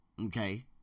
okay